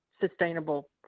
sustainable